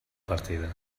partida